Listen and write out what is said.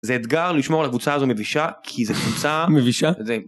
זה אתגר לשמור על הקבוצה הזו מבישה כי זו קבוצה מבישה.